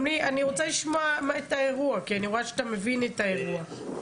אני רוצה לשמוע את האירוע כי אני רואה שאתה מבין את האירוע.